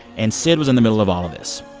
and syd was in the middle of all of this.